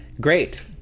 great